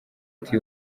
ati